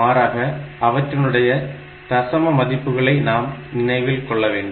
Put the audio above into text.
மாறாக அவற்றினுடைய தசம மதிப்புகளை நாம் நினைவில் கொள்ள வேண்டும்